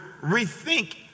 rethink